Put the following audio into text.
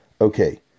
Okay